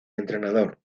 entrenador